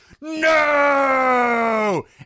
no